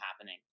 happening